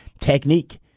technique